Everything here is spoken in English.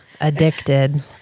addicted